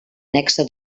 nexe